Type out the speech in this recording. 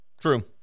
true